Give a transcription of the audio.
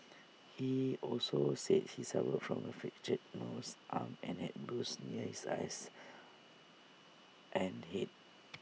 he also said he suffered from A fractured nose arm and had bruises near his eyes and Head